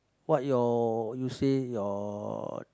what your you say your